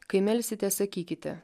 kai melsitės sakykite